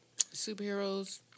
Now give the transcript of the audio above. Superheroes